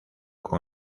con